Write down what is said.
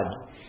God